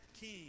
king